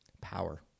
Power